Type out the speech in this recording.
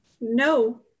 No